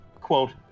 quote